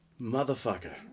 motherfucker